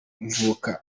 mvuka